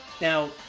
Now